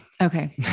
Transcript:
Okay